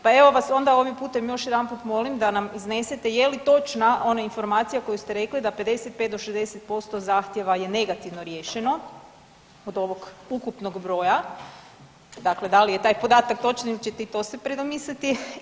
Pa evo onda vas ovim putem još jedanput molim da nam iznesete je li točna ona informacija koju ste rekli da 55 do 60% zahtjeva je negativno riješeno od ovog ukupnog broja, dakle, da li je taj podatak točan ili ćete se i to predomisliti?